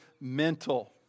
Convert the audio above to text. mental